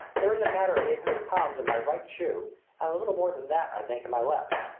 there is a matter of eight hundred pounds in my right shoe, and a little more than that, i think, in my left.